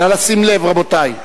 נא לשים לב, רבותי.